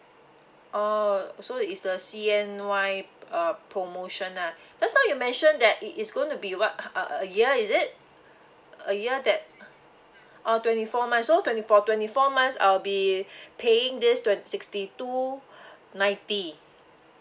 oh so is the C_N_Y uh promotion ah just now you mentioned that it is gonna be what uh a year is it a year that oh twenty four months so twenty four twenty four months I'll be paying this twen~ sixty two ninety